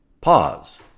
Pause